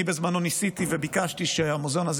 בזמנו ניסיתי וביקשתי שהמוזיאון הזה